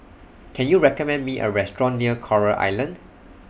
Can YOU recommend Me A Restaurant near Coral Island